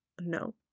no